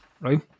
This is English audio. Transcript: right